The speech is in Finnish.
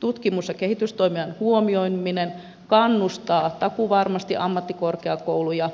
tutkimus ja kehitystoiminnan huomioiminen kannustaa takuuvarmasti ammattikorkeakouluja